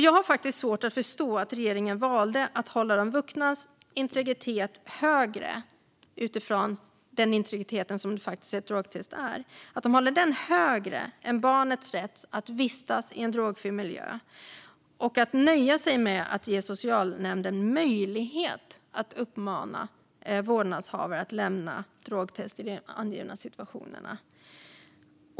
Jag har faktiskt svårt att förstå att regeringen valde att hålla de vuxnas integritet högre - utifrån det intrång på integriteten som ett drogtest faktiskt innebär - än barnets rätt att vistas i en drogfri miljö genom att nöja sig med att ge socialnämnden möjlighet att uppmana vårdnadshavare att lämna drogtest i de angivna situationerna.